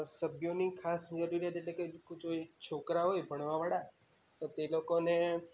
સભ્યોની ખાસ એટલે કે જો એ છોકરા હોય ભણવાવાળા તો તે લોકોને